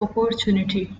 opportunity